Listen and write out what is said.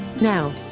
Now